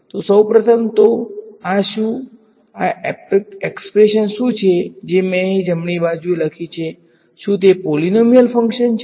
તો સૌપ્રથમ તો આ શું આ એક્સપ્રેશન શુ છે જે મેં અહીં જમણી બાજુએ લખી છે શું તે પોલીનોમીયલ ફંક્શન છે